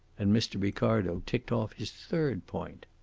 and mr. ricardo ticked off his third point.